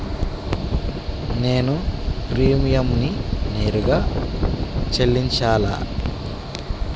నేను ప్రీమియంని నేరుగా చెల్లించాలా?